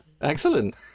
Excellent